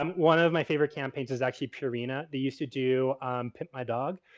um one of my favorite campaigns is actually purina. they used to do pimp my dog.